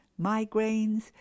migraines